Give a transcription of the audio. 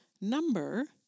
number